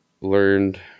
learned